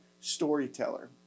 storyteller